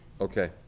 Okay